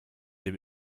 dem